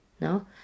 No